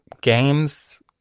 games